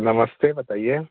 नमस्ते बताइए